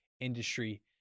industry